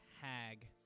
hag